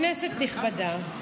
כנסת נכבדה,